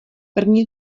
první